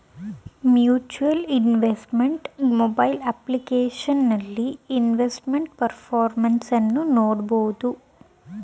mutual investment mobile ಅಪ್ಲಿಕೇಶನಲ್ಲಿ investment performance ಅನ್ನು ನೋಡ್ಬೋದು